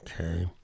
okay